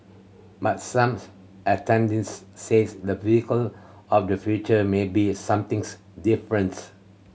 but some attendees says the vehicle of the future may be something different